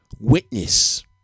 witness